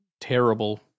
terrible